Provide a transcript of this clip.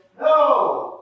No